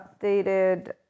updated